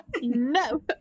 No